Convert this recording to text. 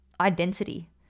identity